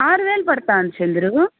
ఆరు వేలు పడుతుంది చంద్రు